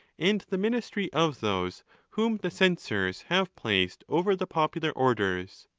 and the ministry of those whom the censors have placed over the jpopular orders.